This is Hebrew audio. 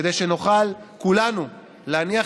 כדי שכולנו תנוח